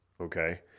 Okay